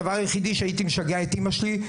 הדבר היחיד שהייתי משגע את אימא שלי,